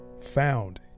found